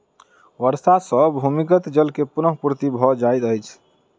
वर्षा सॅ भूमिगत जल के पुनःपूर्ति भ जाइत अछि